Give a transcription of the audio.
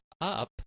up